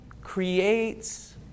creates